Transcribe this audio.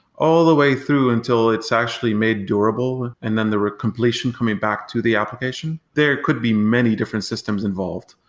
all the way through until it's actually made durable and then there were completion coming back to the application, there could be many different systems involved.